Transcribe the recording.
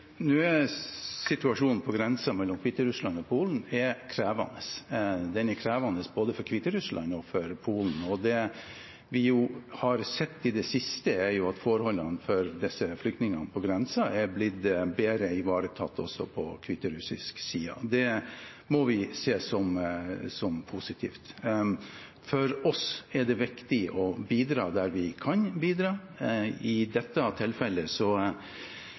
Situasjonen på grensen mellom Hviterussland og Polen er krevende. Den er krevende både for Hviterussland og for Polen, og det vi har sett i det siste, er at forholdene for disse flyktningene på grensen er blitt bedre ivaretatt også på hviterussisk side. Det må vi se som positivt. For oss er det viktig å bidra der vi kan bidra. I dette tilfellet